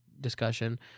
discussion